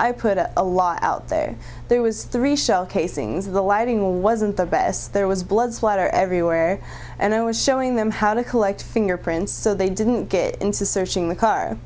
i put a lot out there there was three shell casings of the lighting wasn't the best there was blood splatter everywhere and i was showing them how to collect fingerprints so they didn't get into searching the car